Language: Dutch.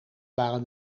waren